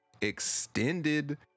extended